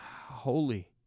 holy